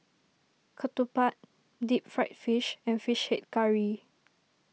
Ketupat Deep Fried Fish and Fish Head Curry